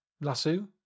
Lasso